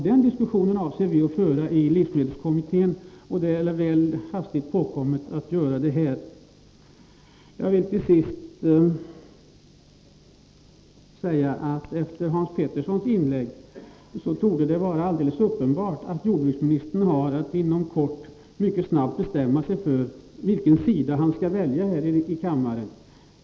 Den diskussionen avser vi att föra i livsmedelskommittén — det är väl hastigt att göra det här. Jag vill till sist, med anledning av Hans Peterssons i Hallstahammar inlägg, säga att det torde vara alldeles uppenbart att jordbruksministern har att inom kort mycket snabbt bestämma sig för vilken sida han skall välja här i kammaren.